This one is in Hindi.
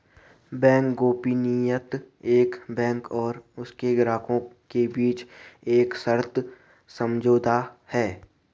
बैंक गोपनीयता एक बैंक और उसके ग्राहकों के बीच एक सशर्त समझौता है